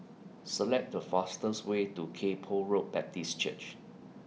Select The fastest Way to Kay Poh Road Baptist Church